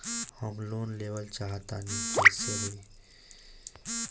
हम लोन लेवल चाह तानि कइसे होई?